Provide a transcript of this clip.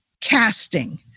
casting